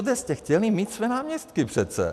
Všude jste chtěli mít své náměstky přece!